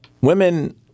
women